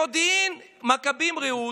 במודיעין-מכבים-רעות,